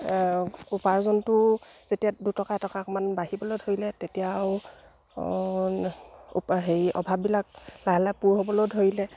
উপাৰ্জনটো যেতিয়া দুটকা এটকা অকণমান বাঢ়িবলৈ ধৰিলে তেতিয়া আৰু হেৰি অভাৱবিলাক লাহে লাহে পূৰ হ'বলৈয়ো ধৰিলে